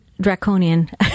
draconian